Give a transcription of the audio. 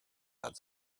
had